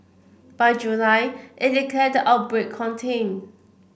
by July it declared the outbreak contained